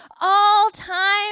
all-time